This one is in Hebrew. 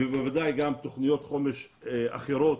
בוודאי גם תכניות חומש אחרות,